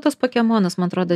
tuos pokemonus man atrodo